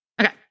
Okay